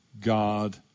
God